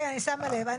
כן, אני שמה לב.